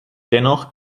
dennoch